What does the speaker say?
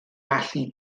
allu